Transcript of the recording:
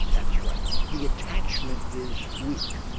that's right. the attachment is weak,